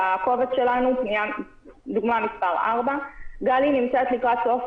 בקובץ שלנו זו דוגמה מס' 4. גלי נמצאת לקראת סוף